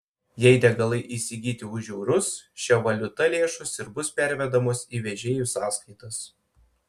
jei degalai įsigyti už eurus šia valiuta lėšos ir bus pervedamos į vežėjų sąskaitas